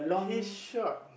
kiss shark